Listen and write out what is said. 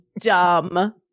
dumb